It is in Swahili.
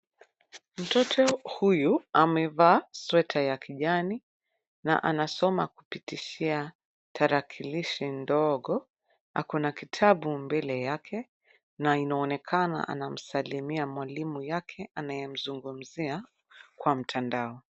Mtoto huyu amevaa sweta ya kijani na anasoma kupitishia tarakilishi ndogo. Ako na kitabu mbele yake na inaonekana anamsalimia mwalimu yake anayemzungumzia kwa mtandao.